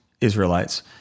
Israelites